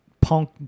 Punk